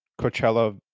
Coachella